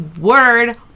Word